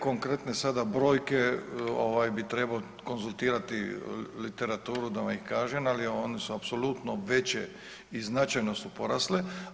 Konkretne sada brojke bi trebao konzultirati literaturu da vam ih kažem, ali one su apsolutno veće i značajno su porasle.